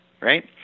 right